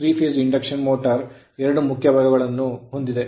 3 phase induction motor ಎರಡು ಮುಖ್ಯ ಭಾಗಗಳನ್ನು ಹೊಂದಿದೆ